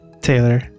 Taylor